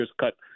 cut